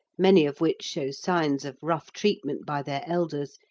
many of which show signs of rough treatment by their elders,